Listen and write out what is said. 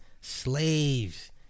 slaves